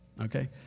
okay